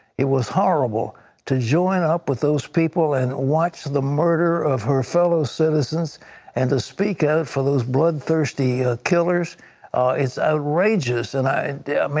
it was horrible to join up with those people and watch the murder of her fellow citizens and to speak out for those bloodthirsty killers is outrageous. and i mean